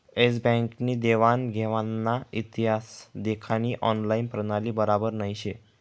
S Bank नी देवान घेवानना इतिहास देखानी ऑनलाईन प्रणाली बराबर नही शे